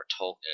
Tolkien